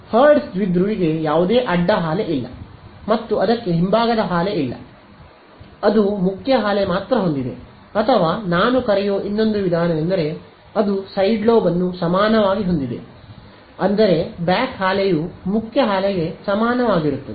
ಆದ್ದರಿಂದ ಹರ್ಟ್ಜ್ ದ್ವಿಧ್ರುವಿಗೆ ಯಾವುದೇ ಅಡ್ಡ ಹಾಲೆ ಇಲ್ಲ ಮತ್ತು ಅದಕ್ಕೆ ಹಿಂಭಾಗದ ಹಾಲೆ ಇಲ್ಲ ಅದು ಮುಖ್ಯ ಹಾಲೆ ಮಾತ್ರ ಹೊಂದಿದೆ ಅಥವಾ ನಾನು ಕರೆಯುವ ಇನ್ನೊಂದು ವಿಧಾನವೆಂದರೆ ಅದು ಸೈಡ್ ಲೋಬ್ ಅನ್ನು ಸಮಾನವಾಗಿ ಹೊಂದಿದೆ ಅಂದರೆ ಬ್ಯಾಕ್ ಹಾಲೆಯು ಮುಖ್ಯ ಹಾಲೆಗೆಸಮಾನವಾಗಿರುತ್ತದೆ